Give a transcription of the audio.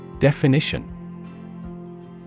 Definition